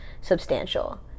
substantial